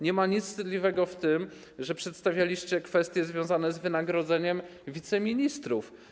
Nie ma nic wstydliwego w tym, że przedstawialiście kwestie związane z wynagrodzeniem wiceministrów.